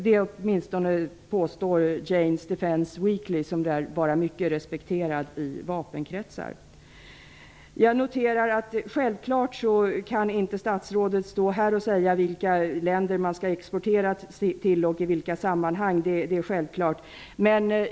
Det påstår åtminstone Jame's Defence Weekly, som lär vara mycket respekterad i vapenkretsar. Självfallet kan inte statsrådet stå här och säga vilka länder man skall exportera till och i vilka sammanhang det skall ske.